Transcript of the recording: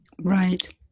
Right